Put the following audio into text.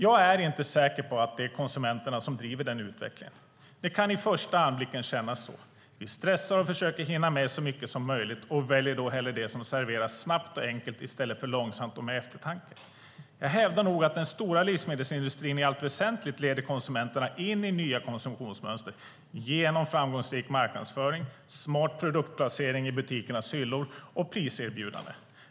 Jag är inte säker på att det är konsumenterna som driver den utvecklingen. Det kan i första anblicken kännas så. Vi stressar och försöker att hinna med så mycket som möjligt. Vi väljer hellre det som serveras snabbt och enkelt i stället för långsamt och med eftertanke. Jag hävdar nog att den stora livsmedelsindustrin i allt väsentligt leder konsumenterna in i nya konsumtionsmönster genom framgångsrik marknadsföring, smart produktplacering i butikernas hyllor och priserbjudanden.